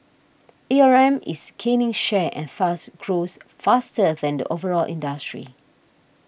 A R M is gaining share and thus grows faster than the overall industry